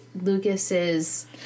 Lucas's